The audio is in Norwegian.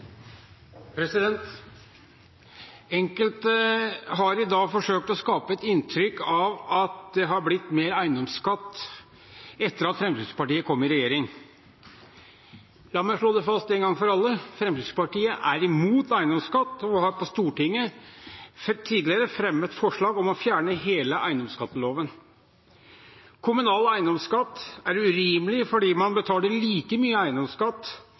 Enkelte har i dag forsøkt å skape et inntrykk av at det har blitt mer eiendomsskatt etter at Fremskrittspartiet kom i regjering. La meg slå det fast en gang for alle: Fremskrittspartiet er imot eiendomsskatt og har på Stortinget tidligere fremmet forslag om å fjerne hele eiendomsskatteloven. Kommunal eiendomsskatt er urimelig fordi man betaler like mye eiendomsskatt